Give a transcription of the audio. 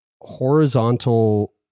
horizontal